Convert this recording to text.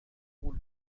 غول